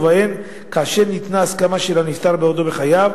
ובהן: כאשר ניתנה הסכמה של הנפטר בעודו בחייו,